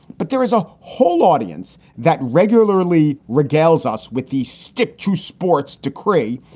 but there is a whole audience that regularly regales us with the stick to sports decree.